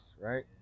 right